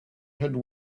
had